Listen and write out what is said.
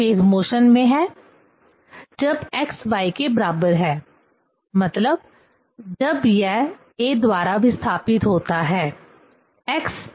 एक phase motion में है जब x y मतलब जब यह a द्वारा विस्थापित होता है x a